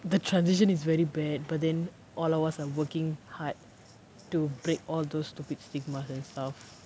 the transition is very bad but then all of us are working hard to break all those stupid stigmas and stuff